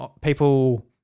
people